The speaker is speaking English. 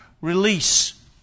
release